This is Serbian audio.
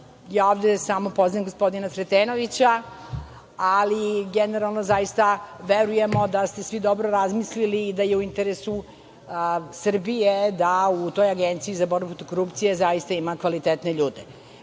Ja ovde samo poznajem gospodina Sretenovića, ali generalno zaista verujemo da ste svi dobro razmislili i da je u interesu Srbije da u toj Agenciji za borbu protiv korupcije zaista ima kvalitetne ljude. Moram